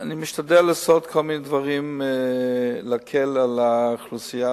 משתדל לעשות כל מיני דברים להקל על האוכלוסייה,